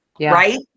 Right